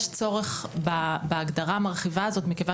יש צורך בהגדרה המרחיבה הזאת מכיוון